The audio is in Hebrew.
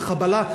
חבלה,